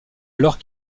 alors